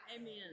Amen